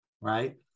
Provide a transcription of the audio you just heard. right